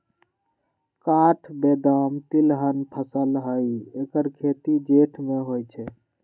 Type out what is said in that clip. काठ बेदाम तिलहन फसल हई ऐकर खेती जेठ में होइ छइ